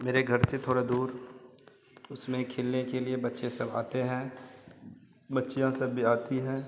मेरे घर से थोड़ा दूर उसमें खेलने के लिए बच्चे सब आते हैं बच्चियाँ सब भी आती हैं